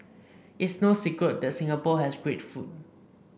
it's no secret that Singapore has great food